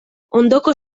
ondoko